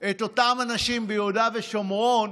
את אותם אנשים ביהודה ושומרון